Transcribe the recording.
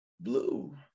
blue